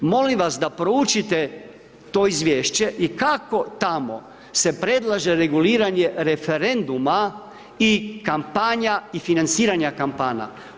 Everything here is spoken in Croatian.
Molim vas da proučite to Izvješće, i kako tamo se predlaže reguliranje referenduma i kampanja, i financiranja kampanja.